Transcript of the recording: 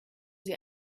sie